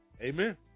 Amen